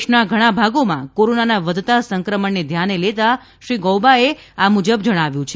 દેશના ઘણા ભાગોમાં કોરોનાના વધતાં સંક્રમણને ધ્યાને લેતાં શ્રી ગૌબાએ આ મ્જબ જણાવ્યું છે